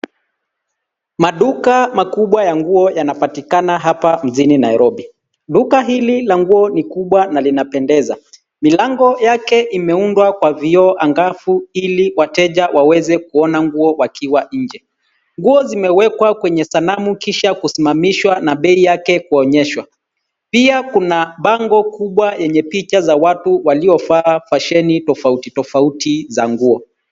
Maduka, makubwa, ya nguo yanapatikana hapa mjini Nairobi. Duka hili la nguo ni kubwa na linapendeza. Milango yake, imeundwa kwa vioo angafu, ili wateja waweze kuona nguo wakiwa nje. Nguo zimewekwa kwenye sanamu, kisha kisimamishwa na bei yake kuonyeshwa. Pia, kuna bango kubwa, lenye picha za watu wengi waliovaa fasheni tofauti tofauti za nguo.